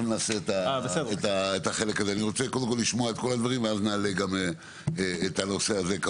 אני רוצה לשמוע את כול הדוברים ואז נעלה את הנושא הזה.